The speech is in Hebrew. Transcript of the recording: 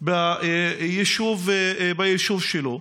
ביישוב שלו.